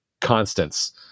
constants